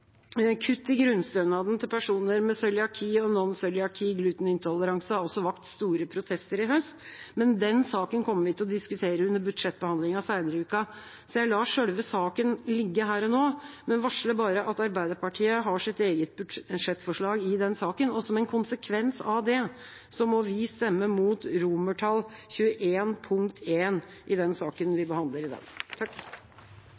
Kutt i grunnstønaden til personer med cøliaki og non-cøliaki glutenintoleranse har også vakt store protester i høst, men den saken kommer vi til å diskutere under budsjettbehandlingen senere i uka, så jeg lar selve saken ligge her og nå, og varsler bare at Arbeiderpartiet har sitt eget budsjettforslag i den saken. Som en konsekvens av det må vi stemme mot XXI punkt 1 i den saken